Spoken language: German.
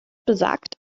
besagt